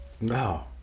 No